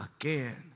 again